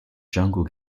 jungle